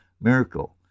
miracle